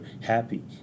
happy